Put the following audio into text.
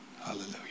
Hallelujah